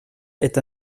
est